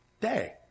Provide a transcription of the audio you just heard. day